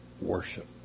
worship